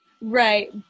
Right